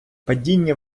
падіння